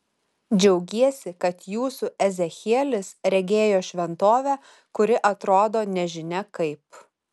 džiaugiesi kad jūsų ezechielis regėjo šventovę kuri atrodo nežinia kaip